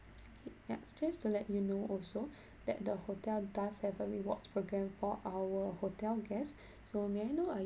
yup just to let you know also that the hotel does have a rewards programme for our hotel guests so may I know are you